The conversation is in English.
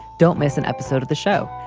don't miss an episode of the show.